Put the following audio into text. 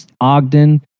Ogden